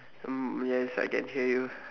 um yes I can hear you